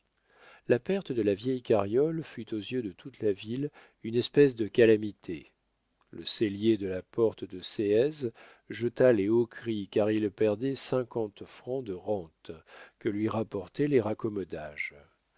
la perte de la vieille carriole fut aux yeux de toute la ville une espèce de calamité le sellier de la porte de séez jetait les hauts cris car il perdait cinquante francs de rente que lui rapportaient les raccommodages